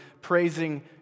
praising